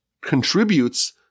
contributes